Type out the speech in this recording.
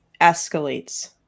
escalates